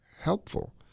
helpful